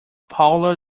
paula